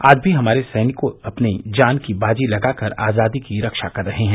आज भी हमारे सैनिक अपनी जान की बाजी लगाकर आजादी की रक्षा कर रहे हैं